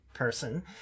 person